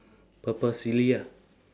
purple silly ah